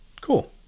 Cool